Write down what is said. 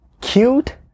cute